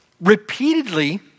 repeatedly